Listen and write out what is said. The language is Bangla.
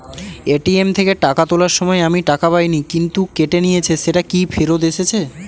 এ.টি.এম থেকে টাকা তোলার সময় আমি টাকা পাইনি কিন্তু কেটে নিয়েছে সেটা কি ফেরত এসেছে?